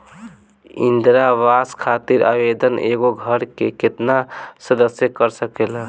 इंदिरा आवास खातिर आवेदन एगो घर के केतना सदस्य कर सकेला?